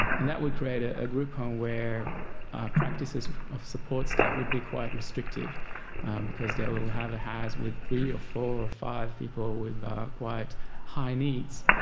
and that would create ah a group home where practices of support staff would be quite restrictive because they will will have a house with three or four or five people with quite high needs,